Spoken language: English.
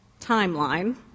timeline